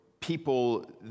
people